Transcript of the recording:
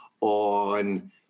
on